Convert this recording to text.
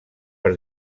per